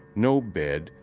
no bed,